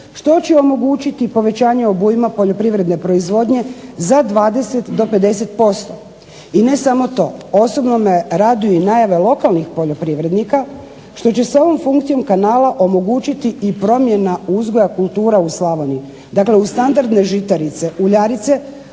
što će omogućiti povećanje obujma poljoprivredne proizvodnje za 20 do 50%. I ne samo to, osobno me raduju najave lokalnih poljoprivrednika što će se ovom funkcijom kanala omogućiti i promjena uzgoja kultura u Slavoniji. Dakle, uz standardne žitarice uljarice